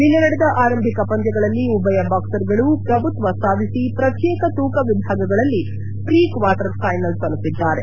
ನಿನ್ನೆ ನಡೆದ ಆರಂಭಿಕ ಪಂದ್ಯಗಳಲ್ಲಿ ಉಭಯ ಬಾಕ್ಸರ್ ಗಳು ಪ್ರಭುತ್ವ ಸಾಧಿಸಿ ಪ್ರತ್ಯೇಕ ತೂಕ ವಿಭಾಗಗಳಲ್ಲಿ ಪ್ರಿ ಕ್ವಾರ್ಟರ್ ಫೈನಲ್ ತಲುಪಿದ್ದಾರೆ